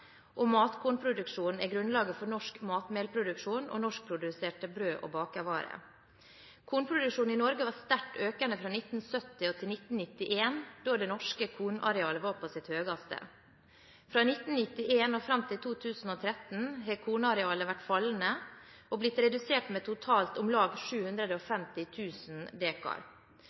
og matkornproduksjonen er grunnlaget for norsk matmelproduksjon og norskproduserte brød- og bakervarer. Kornproduksjonen i Norge var sterkt økende fra 1970 til 1991, da det norske kornarealet var på sitt høyeste. Fra 1991 og fram til 2013 har kornarealet vært fallende og blitt redusert med totalt om lag